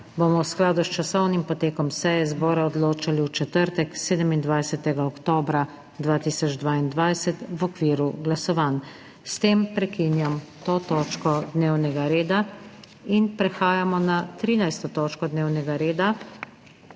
bomo v skladu s časovnim potekom seje zbora odločali v četrtek, 27. oktobra 2022, v okviru glasovanj. S tem prekinjam to točko dnevnega reda. Prehajamo na **13. TOČKO DNEVNEGA REDA